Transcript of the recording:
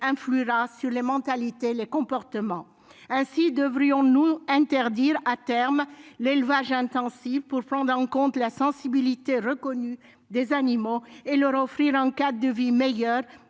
influera sur les mentalités et les comportements. Ainsi devrions-nous interdire à terme l'élevage intensif pour prendre en compte la sensibilité reconnue des animaux et leur offrir un cadre de vie meilleur,